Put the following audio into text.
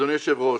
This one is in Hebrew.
אדוני היושב ראש,